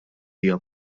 hija